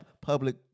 public